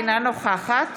אינה נוכחת